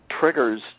Triggers